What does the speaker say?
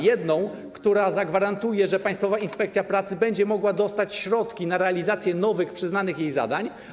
Jedną, która zagwarantuje, że Państwowa Inspekcja Pracy będzie mogła dostać środki na realizację nowych, przyznanych jej zadań.